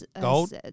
gold